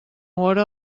hora